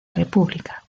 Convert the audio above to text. república